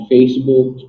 Facebook